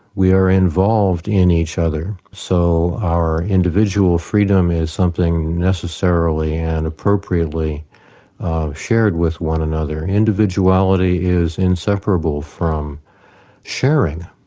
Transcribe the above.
we are involved in each other, so our individual freedom is something necessarily and appropriately shared with one another. individuality is inseparable from sharing.